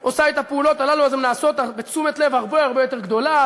עושה את הפעולות הללו אז הן נעשות בתשומת לב הרבה יותר גדולה,